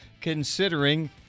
considering